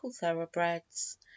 thoroughbreds